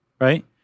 right